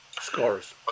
Scores